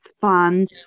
fun